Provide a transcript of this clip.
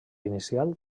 inicial